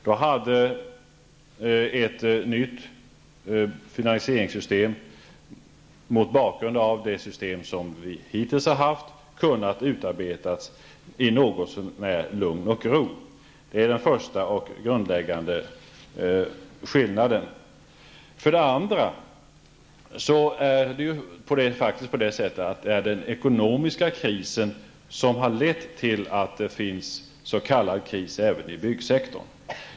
Då hade ett nytt finansieringssystem, mot bakgrund av det system som vi hittills har haft, kunnat utarbetas i något så när lugn och ro. Det är den första och grundläggande skillnaden. Dessutom är det faktiskt den ekonomiska krisen som har lett till att det finns en s.k. kris även i byggsektorn.